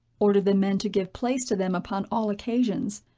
ordered the men to give place to them upon all occasions,